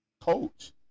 coach